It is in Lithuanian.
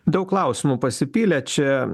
daug klausimų pasipylė čia